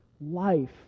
life